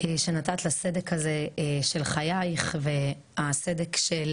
שנתת לסדק הזה של חייך והסדק של